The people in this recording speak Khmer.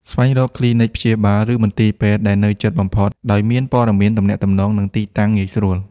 ស្វែងរកគ្លីនិកព្យាបាល ឬមន្ទីរពេទ្យដែលនៅជិតបំផុត ដោយមានព័ត៌មានទំនាក់ទំនង និងទីតាំងងាយស្រួល។